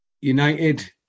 United